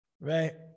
right